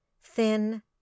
thin